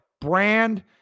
brand